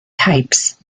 types